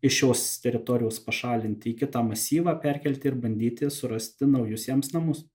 iš šios teritorijos pašalinti į kitą masyvą perkelti ir bandyti surasti naujus jams namus